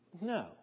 No